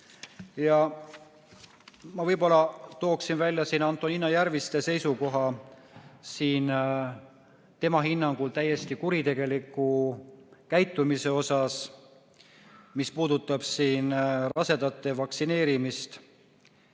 Ma võib-olla tooksin välja Antonina Järviste seisukoha, tema hinnangul täiesti kuritegeliku käitumise, mis puudutab rasedate vaktsineerimist.